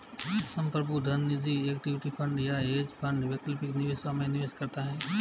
संप्रभु धन निजी इक्विटी फंड या हेज फंड वैकल्पिक निवेशों में निवेश करता है